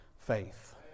faith